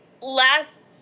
last –